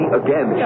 again